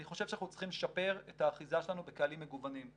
אני חושב שאנחנו צריכים לשפר את האחיזה שלנו בקהלים מגוונים,